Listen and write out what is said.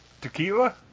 Tequila